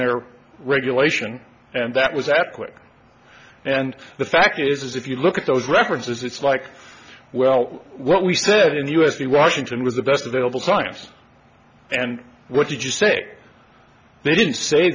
their regulation and that was that quick and the fact is if you look at those references it's like well what we said in the u s the washington was the best available science and what did you say they didn't say